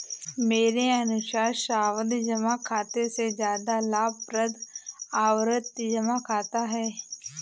मेरे अनुसार सावधि जमा खाते से ज्यादा लाभप्रद आवर्ती जमा खाता है